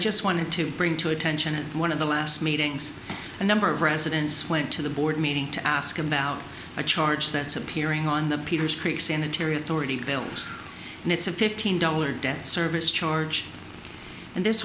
just wanted to bring to attention at one of the last meetings a number of residents went to the board meeting to ask about a charge that's appearing on the peters creek sanitary authority bills and it's a fifteen dollar debt service charge and this